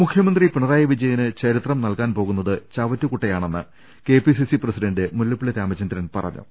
മുഖ്യമന്ത്രി പിണറായി വിജയന് ചരിത്രം നൽകാൻ പോകുന്നത് ചവറ്റുകുട്ടയാണെന്ന് കെപിസിസി പ്രസിഡന്റ് മുല്ലപ്പള്ളി രാമചന്ദ്രൻ പറഞ്ഞു